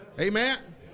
Amen